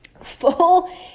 full